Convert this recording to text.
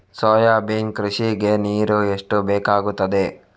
Soybean ಕೃಷಿಗೆ ನೀರು ಎಷ್ಟು ಬೇಕಾಗುತ್ತದೆ?